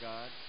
God